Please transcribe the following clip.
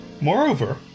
Moreover